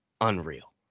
unreal